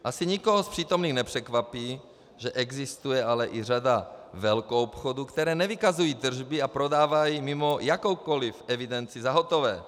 Asi nikoho z přítomných nepřekvapí, že existuje ale i řada velkoobchodů, které nevykazují tržby a prodávají mimo jakoukoliv evidenci za hotové.